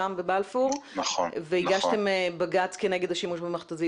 שם בבלפור והגשתם בג"צ כנגד השימוש במכת"זית.